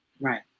Right